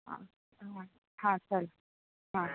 हां हां हां चालेल हां